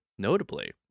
Notably